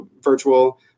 virtual